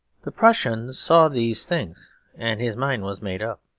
the prussian saw these things and his mind was made up.